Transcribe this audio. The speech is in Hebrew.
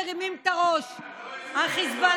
כולם מרימים את הראש: החיזבאללה,